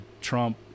Trump